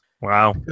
Wow